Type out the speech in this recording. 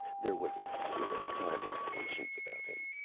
there was a sort of timeless patience about him.